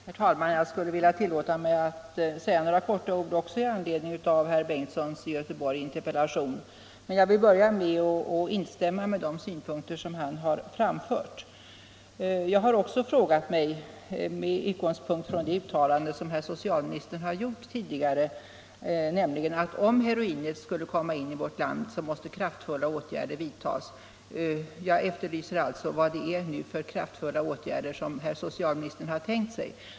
Herr talman! Jag skulle också vilja säga några ord i anledning av herr Bengtssons i Göteborg interpellation, och jag vill börja med att instämma i de synpunkter han har framfört. Med utgångspunkt i det uttalande herr socialministern har gjort tidigare om att kraftfulla insatser måste vidtas om heroinet kommer in i vårt land efterlyser jag vilka kraftfulla åtgärder som socialministern har tänkt sig.